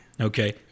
Okay